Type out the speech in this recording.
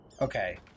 Okay